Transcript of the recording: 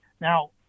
now